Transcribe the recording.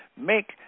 make